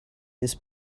this